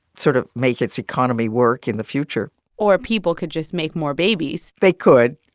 sort of make its economy work in the future or people could just make more babies they could